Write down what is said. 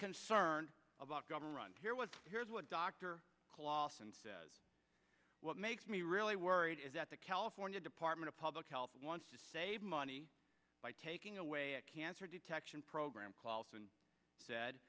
concerned about government here's what dr lawson says what makes me really worried is that the california department of public health wants to save money by taking away a cancer detection program called and said